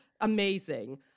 Amazing